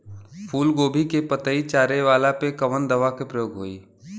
फूलगोभी के पतई चारे वाला पे कवन दवा के प्रयोग होई?